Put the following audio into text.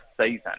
season